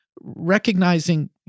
recognizing